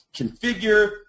configure